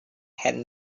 had